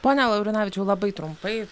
pone laurinavičiau labai trumpai